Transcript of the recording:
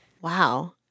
Wow